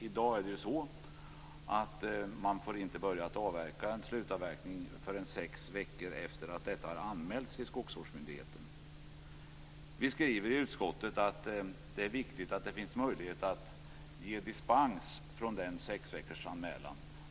I dag får man inte påbörja slutavverkning förrän sex veckor efter det att det har anmälts till skogsvårdsmyndigheten. Det är viktigt att det finns möjlighet att ge dispens från den sexveckorsanmälan.